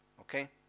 okay